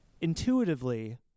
intuitively